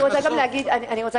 אני רוצה גם להגיד משהו.